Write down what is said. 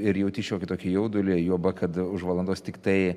ir jauti šiokį tokį jaudulį juoba kad už valandos tiktai